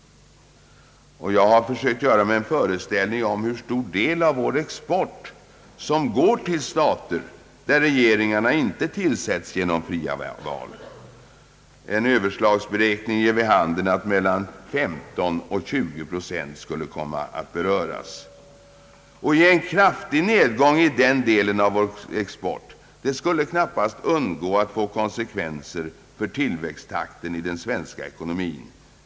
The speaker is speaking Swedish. Jag har försökt göra mig en föreställning om hur stor del av vår export som går till stater, där regeringarna inte tillsatts genom fria val. En överslagsberäkning ger vid handen att mellan 15 och 20 procent skulle komma att beröras. En kraftig nedgång i den delen av vår export skulle knappast undgå att få konsekvenser för tillväxttakten i den svenska ekonomin.